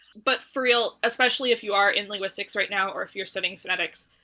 but for real, especially if you are in linguistics right now, or if you're studying phonetics,